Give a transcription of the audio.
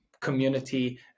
community